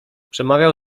przemawiał